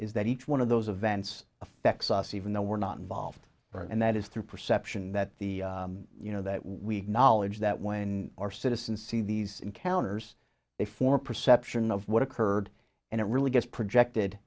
is that each one of those events affects us even though we're not involved and that is through perception that the you know that we knowledge that when our citizens see these encounters a four perception of what occurred and it really gets projected